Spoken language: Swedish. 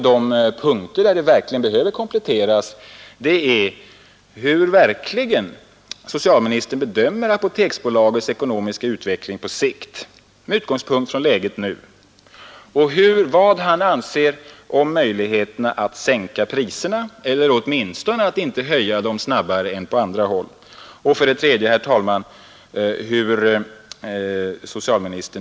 De punkter som behöver kompletteras är följande: 1. Hur bedömer socialministern Apoteksbolagets utveckling på sikt med utgångspunkt i läget nu? 2. Vad anser socialministern om möjligheterna att sänka priserna eller att åtminstone inte höja dem snabbare än inom handeln i övrigt?